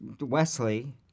Wesley